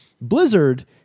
blizzard